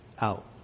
out